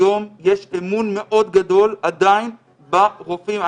היום יש אמון מאוד גדול, עדיין, ברופאים.